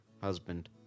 husband